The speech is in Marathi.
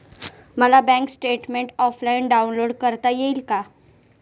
मला बँक स्टेटमेन्ट ऑफलाईन डाउनलोड करता येईल का?